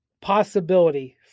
possibility